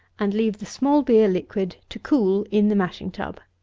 and leave the small beer liquid to cool in the mashing-tub.